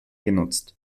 genutzt